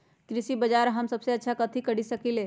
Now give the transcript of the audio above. कृषि बाजर में हम सबसे अच्छा कथि खरीद सकींले?